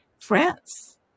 France